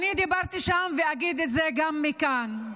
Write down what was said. אני דיברתי שם, ואגיד את זה גם מכאן.